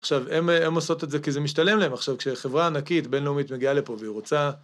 עכשיו, הם עושות את זה כי זה משתלם להם, עכשיו כשחברה ענקית בינלאומית מגיעה לפה והיא רוצה...